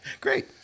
Great